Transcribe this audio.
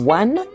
one